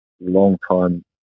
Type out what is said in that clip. long-time